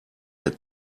der